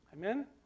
Amen